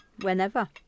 whenever